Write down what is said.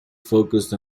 focused